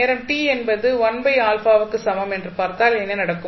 நேரம் t என்பது 1α க்கு சமம் என்று பார்த்தால் என்ன நடக்கும்